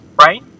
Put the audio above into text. right